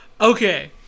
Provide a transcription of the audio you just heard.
Okay